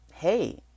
Hey